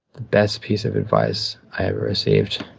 best piece of advice i ever received.